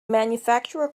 manufacturer